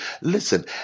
Listen